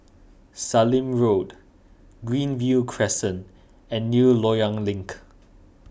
Sallim Road Greenview Crescent and New Loyang Link